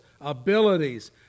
abilities